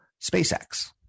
SpaceX